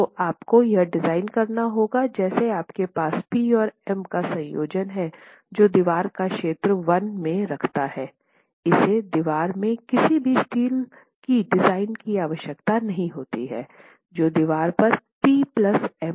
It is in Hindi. तो आपको यह डिज़ाइन करना होगा जैसे आपके पास P और M का संयोजन हैं जो दीवार को क्षेत्र 1 में रखता है इसे दीवार में किसी भी स्टील की डिज़ाइन की आवश्यकता नहीं होती है जो दीवार पर पी प्लस एम हैं